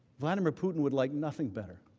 vladimir putin would like nothing better.